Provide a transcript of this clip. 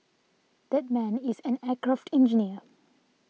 that man is an aircraft engineer